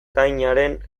gaztainaren